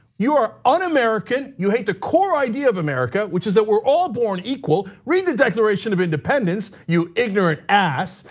you are un-american, you hate the core idea of america, which is that we're all born equal. read the declaration of independence, you ignorant ass.